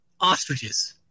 ostriches